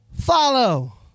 follow